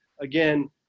again